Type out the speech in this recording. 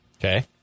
Okay